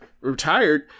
retired